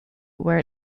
where